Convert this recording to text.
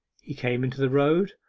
he came into the road,